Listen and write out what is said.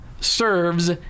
Serves